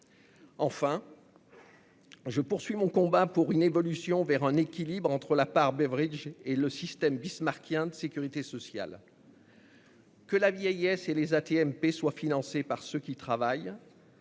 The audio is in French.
Enfin, je poursuis mon combat pour une évolution vers un équilibre entre la part Beveridge et le système bismarckien de sécurité sociale : que la vieillesse et les accidents du travail et